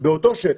באותו בשטח,